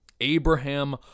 Abraham